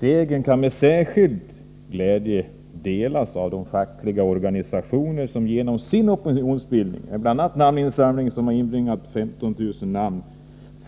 Segern kan med särskild glädje delas av de fackliga organisationer som genom sin opinionsbildning, med bl.a. en namninsamling som inbringat 15 000 namn,